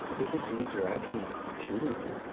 if it's easier, i can tutor you.